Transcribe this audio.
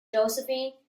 josephine